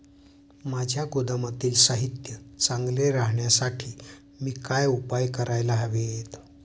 माझ्या गोदामातील साहित्य चांगले राहण्यासाठी मी काय उपाय काय करायला हवेत?